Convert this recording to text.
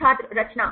छात्र रचना